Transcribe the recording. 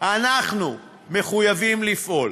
אנחנו מחויבים לפעול.